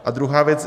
A druhá věc.